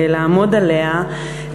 לעמוד עליה,